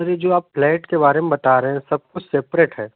sir ये जो आप फ्लैट के बारे में बता रहे हैं सब कुछ सेपरेट है